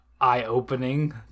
eye-opening